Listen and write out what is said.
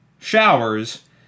showers